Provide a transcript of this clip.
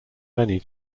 many